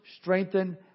strengthen